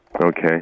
Okay